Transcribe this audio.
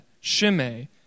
Shimei